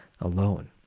alone